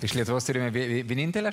iš lietuvos turime vienintelę